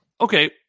Okay